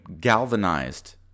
galvanized